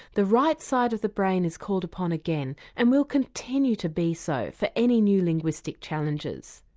the right side of the brain is called upon again, and will continue to be so, for any new linguistic challenges.